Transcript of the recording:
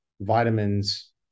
vitamins